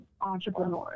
entrepreneurs